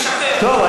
טוב,